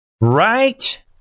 Right